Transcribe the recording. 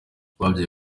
babyaye